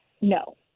No